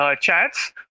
chats